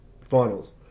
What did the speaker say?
finals